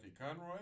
Conroy